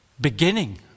beginning